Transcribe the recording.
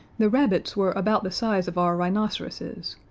the rabbits were about the size of our rhinoceroses,